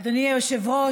אדוני היושב-ראש,